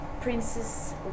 princess